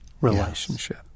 relationship